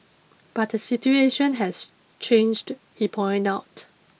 but the situation has changed he pointed out